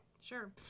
Sure